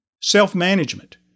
Self-management